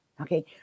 Okay